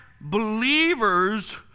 believers